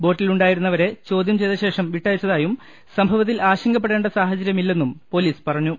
ബോട്ടിലുണ്ടായിരുന്നവരെ ചോദ്യം ചെയ്തശേഷം വിട്ടയ ച്ചതായും സംഭവത്തിൽ ആശങ്കപ്പെടേണ്ട സാഹചര്യമില്ലെന്നും പൊലീസ് പറഞ്ഞു